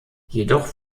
jedoch